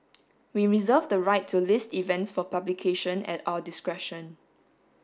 we reserve the right to list events for publication at our discretion